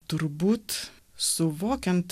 turbūt suvokiant